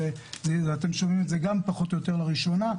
אתם שומעים את זה פחות או יותר לראשונה.